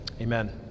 Amen